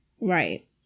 Right